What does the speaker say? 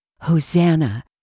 Hosanna